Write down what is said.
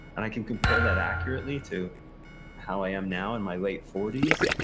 and i can compare that accurately to how i am now in my late forty s,